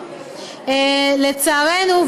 לצערנו,